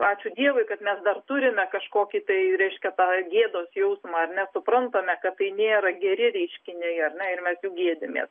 ačiū dievui kad mes dar turime kažkokį tai reiškia tą gėdos jausmą ar mes suprantame kad tai nėra geri reiškiniai ar ne ir mes jų gėdimės